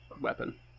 weapon